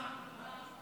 מה אמרת?